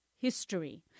history